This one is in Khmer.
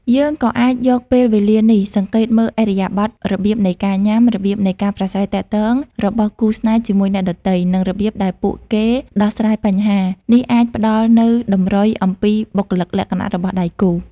យើងក៏អាចយកពេលវលានេះ សង្កេតមើលឥរិយាបថ របៀបនៃការញ៉ាំ របៀបនៃការប្រាស្រ័យទាក់ទងរបស់គូរស្នេហ៌ជាមួយអ្នកដទៃ និងរបៀបដែលពួកគេដោះស្រាយបញ្ហា នេះអាចផ្តល់នូវតម្រុយអំពីបុគ្គលិកលក្ខណៈរបស់ដៃគូ។